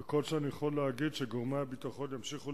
וכל שאני יכול להגיד הוא שגורמי הביטחון ימשיכו